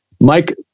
Mike